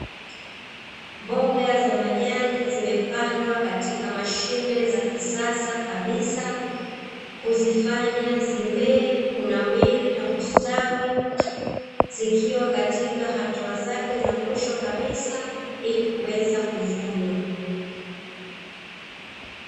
Mboga za majani zimepandwa katika mashine za kisasa kabisa kuzifanya zimee, kunawiri na kustawi zikiwa katika hatua zake za mwisho kabisa ili kuweza kuvunwa.